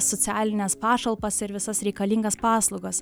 socialines pašalpas ir visas reikalingas paslaugas